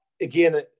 again